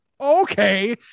okay